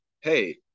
hey